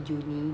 uni